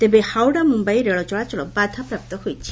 ତେବେ ହାଓ୍ୱଡ଼ା ମୁମ୍ଯାଇ ରେଳ ଚଳାଚଳ ବାଧାପ୍ରାପ୍ତ ହୋଇଛି